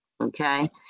okay